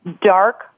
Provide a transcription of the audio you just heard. dark